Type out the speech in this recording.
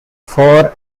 four